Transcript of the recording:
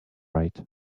right